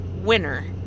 winner